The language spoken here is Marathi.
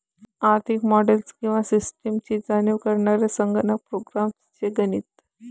आर्थिक मॉडेल्स किंवा सिस्टम्सची जाणीव करणारे संगणक प्रोग्राम्स चे गणित